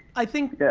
i think,